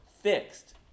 fixed